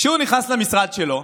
כשהוא נכנס למשרד שלו,